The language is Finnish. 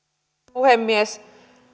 puhemies